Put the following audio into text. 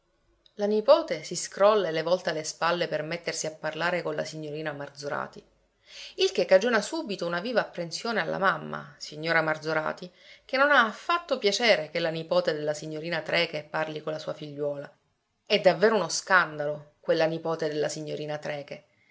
la nipote si scrolla e le volta le spalle per mettersi a parlare con la signorina marzorati il che cagiona subito una viva apprensione alla mamma signora marzorati che non ha affatto piacere che la nipote della signorina trecke parli con la sua figliuola è davvero uno scandalo quella nipote della signorina trecke